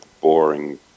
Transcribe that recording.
boring